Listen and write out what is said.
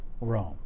Rome